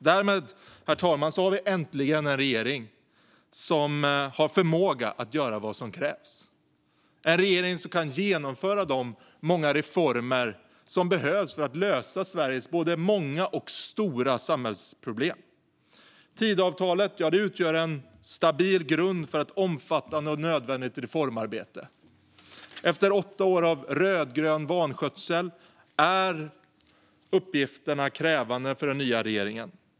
Därmed har vi äntligen en regering med förmåga att göra vad som krävs, en regering som kan genomföra de många reformer som behövs för att lösa Sveriges många och stora samhällsproblem. Tidöavtalet utgör en stabil grund för ett omfattande och nödvändigt reformarbete. Efter åtta år av rödgrön vanskötsel är regeringens uppgifter krävande.